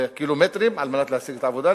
קילומטרים על מנת להשיג את העבודה,